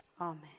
Amen